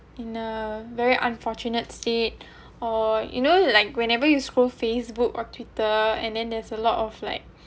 in a very unfortunate seat or you know like whenever you scroll Facebook or twitter and then there's a lot of like